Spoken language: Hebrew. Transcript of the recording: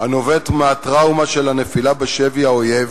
הנובעות מהטראומה של הנפילה בשבי האויב